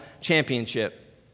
championship